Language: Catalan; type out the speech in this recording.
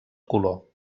color